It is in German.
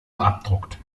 abdruckt